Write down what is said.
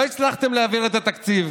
לא הצלחתם להעביר את התקציב.